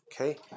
okay